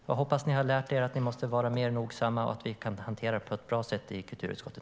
Jag hoppas att ni har lärt er att ni måste vara mer noggranna och att vi nu kan hantera detta på ett bra sätt i kulturutskottet.